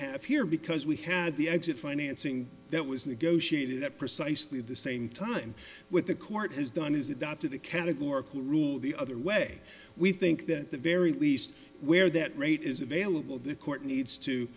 have here because we had the exit financing that was negotiated at precisely the same time with the court has done is adopted a categorical rule the other way we think that the very least where that rate is available the court needs to